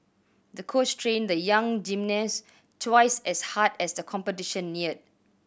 the coach trained the young gymnast twice as hard as the competition neared